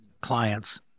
clients